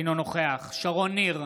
אינו נוכח שרון ניר,